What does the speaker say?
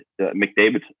McDavid